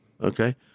Okay